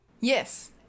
Yes